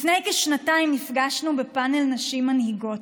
לפני כשנתיים נפגשנו בפאנל נשים מנהיגות.